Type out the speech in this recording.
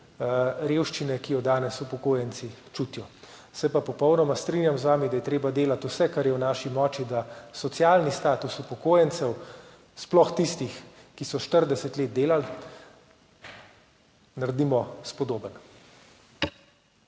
revščine, ki jo danes upokojenci čutijo. Se pa popolnoma strinjam z vami, da je treba delati vse, kar je v naši moči, da socialni status upokojencev, sploh tistih, ki so 40 let delali, naredimo spodoben.